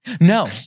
No